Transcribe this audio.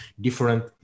different